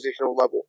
level